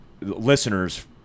listeners